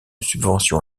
subvention